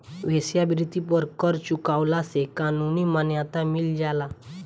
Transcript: वेश्यावृत्ति पर कर चुकवला से कानूनी मान्यता मिल जाला